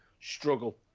struggle